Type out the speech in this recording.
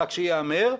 רק שייאמר,